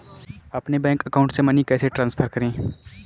अपने bank account से money कैसे ट्रांसफर करें?